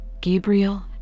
Gabriel